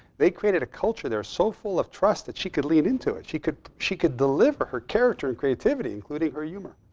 they created a culture there so full of trust that she could lean into it. she could she could deliver her character and creativity including her humor.